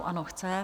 Ano, chce.